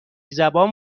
زبان